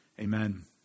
Amen